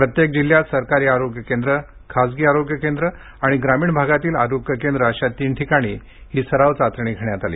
प्रत्येक जिल्ह्यात सरकारी आरोग्य केंद्र खासगी आरोग्य केंद्र आणि ग्रामीण भागातील आरोग्य केंद्र अशा तीन ठिकाणी ही सराव चाचणी घेण्यात आली